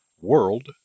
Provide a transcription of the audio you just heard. world